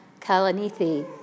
Kalanithi